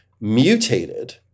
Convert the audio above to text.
mutated